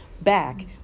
back